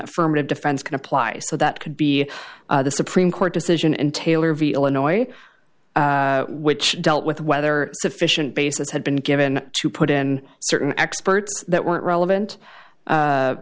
affirmative defense can apply so that could be the supreme court decision and taylor v illinois which dealt with whether sufficient basis had been given to put in certain experts that weren't relevant a